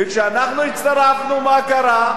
וכשאנחנו הצטרפנו, מה קרה?